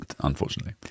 unfortunately